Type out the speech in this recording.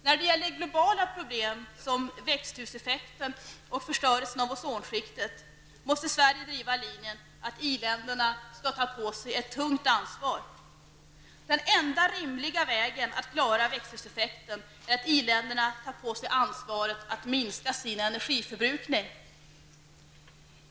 När det gäller globala problem som växthuseffekten och förstörelsen av ozonskiktet måste Sverige driva linjen att i-länderna skall ta på sig ett tungt ansvar. Den enda rimliga vägen att klara växthuseffekten är att i-länderna tar på sig ansvaret att minska sin energiförbrukning.